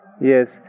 Yes